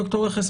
ד"ר רכס,